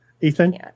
Ethan